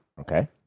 Okay